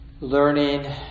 learning